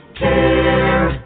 care